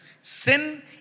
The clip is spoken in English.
sin